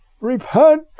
repent